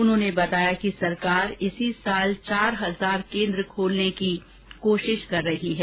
उन्होंने बताया कि सरकार इसी वर्ष चार हजार केन्द्र खोलने की कोशिश कर रही है